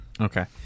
Okay